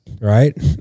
right